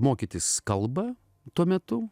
mokytis kalbą tuo metu